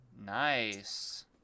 Nice